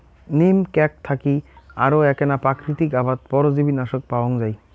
নিম ক্যাক থাকি আরো এ্যাকনা প্রাকৃতিক আবাদ পরজীবীনাশক পাওয়াঙ যাই